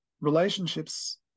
relationships